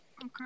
Okay